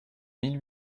mille